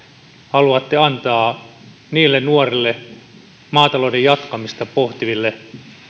haluatte antaa nuorille maatalouden jatkamista pohtiville